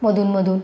मधूनमधून